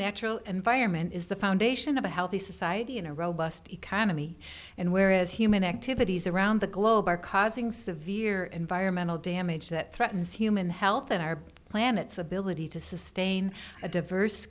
natural environment is the foundation of a healthy society in a robust economy and whereas human activities around the globe are causing severe environmental damage that threatens human health and our planet's ability to sustain a diverse